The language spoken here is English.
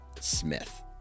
Smith